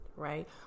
right